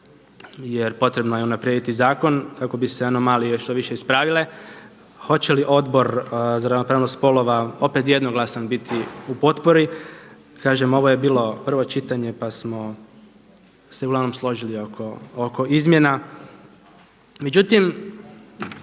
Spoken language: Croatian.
jer potrebno je unaprijediti zakon kako bi se anomalije što više ispravile. Hoće li Odbor za ravnopravnost spolova opet jednoglasan biti u potpori? Kažem ovo je bilo prvo čitanje pa smo se uglavnom složili oko izmjena.